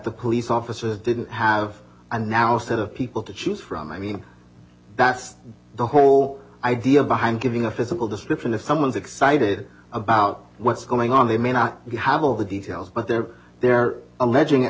the police officers didn't have a now set of people to choose from i mean that's the whole idea behind giving a physical description if someone's excited about what's going on they may not have all the details but they're they're alleging